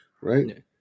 right